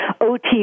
OT